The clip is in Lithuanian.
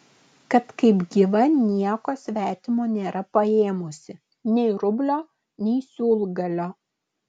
kad kaip gyva nieko svetimo nėra paėmusi nei rublio nei siūlgalio